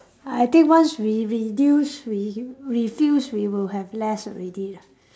I think once we reduce we refuse we will have less already lah